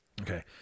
Okay